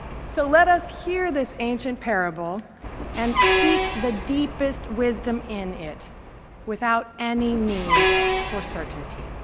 so let us hear this ancient parable and seek the deepest wisdom in it without any need for certainty.